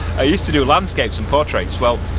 ah used to do landscapes and portraits, well,